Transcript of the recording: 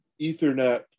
Ethernet